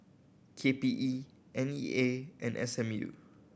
K P E N E A and S M U